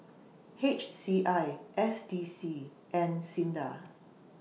H C I S D C and SINDA